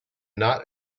not